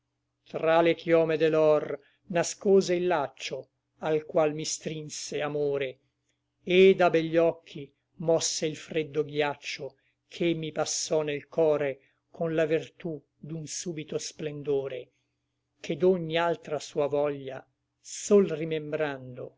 tra le chiome de l'òr nascose il laccio al qual mi strinse amore et da begli occhi mosse il freddo ghiaccio che mi passò nel core con la vertú d'un súbito splendore che d'ogni altra sua voglia sol rimembrando